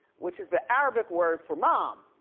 which is the arabic word for mom.